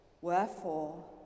Wherefore